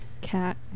cat